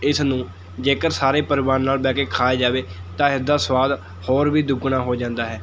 ਇਸ ਨੂੰ ਜੇਕਰ ਸਾਰੇ ਪਰਿਵਾਰ ਨਾਲ ਬਹਿ ਕੇ ਖਾਇਆ ਜਾਵੇ ਤਾਂ ਇਸ ਦਾ ਸਵਾਦ ਹੋਰ ਵੀ ਦੁੱਗਣਾ ਹੋ ਜਾਂਦਾ ਹੈ